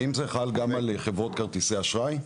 האם זה חל גם על חברות כרטיסי האשראי?